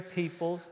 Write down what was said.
people